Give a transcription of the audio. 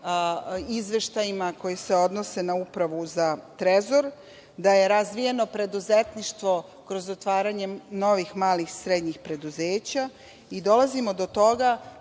izveštajima koji se odnose na Upravu za trezor, da je razvijeno preduzetništvo kroz otvaranje novih malih, srednjih preduzeća, dolazimo do toga